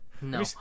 No